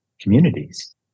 communities